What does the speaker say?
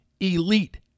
Elite